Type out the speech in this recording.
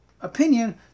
opinion